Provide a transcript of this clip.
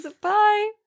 Bye